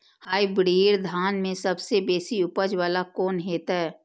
Hybrid धान में सबसे बेसी उपज बाला कोन हेते?